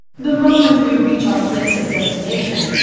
the moment we reach our place of destination,